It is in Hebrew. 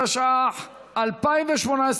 התשע"ח 2018,